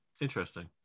Interesting